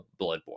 Bloodborne